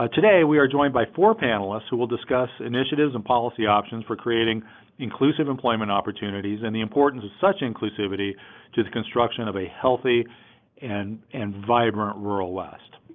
ah today, we are joined by four panelists who will discuss initiatives and policy options for creating inclusive employment opportunities and the importance of such inclusivity to the construction of a healthy and and vibrant rural west.